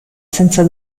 senza